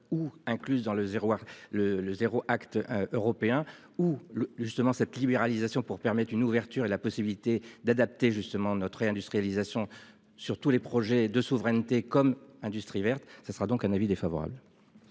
ou incluses dans le zéro le le 0 Act européen ou le justement cette libéralisation pour permettre une ouverture et la possibilité d'adapter justement notre réindustrialisation sur tous les projets de souveraineté comme industrie verte ce sera donc un avis défavorable.